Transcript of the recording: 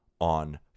on